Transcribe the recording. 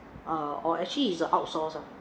uh or actually is a outsourced ah